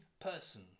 person